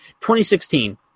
2016